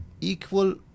equal